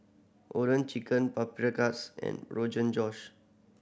Oden Chicken Paprikas and Josh